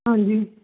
ਹਾਂਜੀ